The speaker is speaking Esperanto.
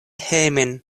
hejmen